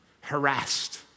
harassed